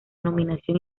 nominación